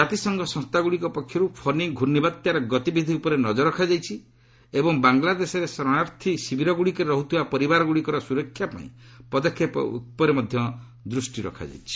ଜାତିସଂଘ ସଂସ୍ଥାଗୁଡ଼ିକ ପକ୍ଷରୁ 'ଫନୀ' ଘ୍ରର୍ଷବାତ୍ୟାର ଗତିବିଧି ଉପରେ ନଜର ରଖାଯାଇଛି ଏବଂ ବାଂଲାଦେଶରେ ଶରଣାର୍ଥୀ ଶିବିରଗୁଡ଼ିକରେ ରହୁଥିବା ପରିବାରଗୁଡ଼ିକର ସୁରକ୍ଷା ପାଇଁ ପଦକ୍ଷେପ ଉପରେ ମଧ୍ୟ ଦୃଷ୍ଟି ରଖାଯାଇଛି